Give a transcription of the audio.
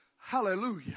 Hallelujah